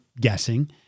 guessing